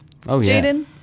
Jaden